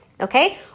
okay